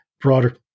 broader